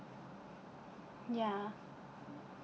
ya